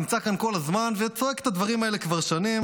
נמצא כאן כל הזמן וצועק את הדברים האלה כבר שנים,